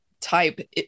type